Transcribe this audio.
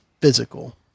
physical